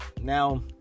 now